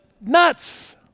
nuts